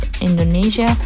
Indonesia